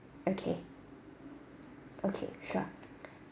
okay okay sure